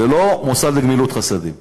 זה לא מוסד לגמילות חסדים,